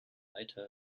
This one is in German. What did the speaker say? eiter